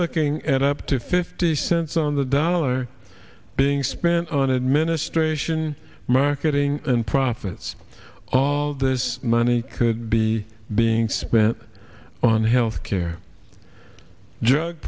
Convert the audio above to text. looking at up to fifty cents on the dollar being spent on administration marketing and profits all this money could be being spent on health care drug